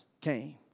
came